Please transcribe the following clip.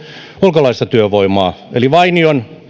ulkolaista työvoimaa eli